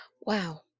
Wow